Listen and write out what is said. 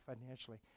financially